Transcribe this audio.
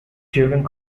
during